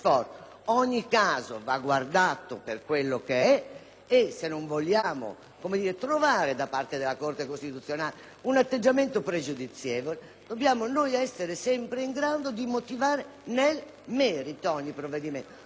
è. Se non vogliamo trovare da parte della Corte costituzionale un atteggiamento pregiudizievole, dobbiamo essere sempre in grado di motivare nel merito ogni provvedimento, come ho modestamente cercato di fare.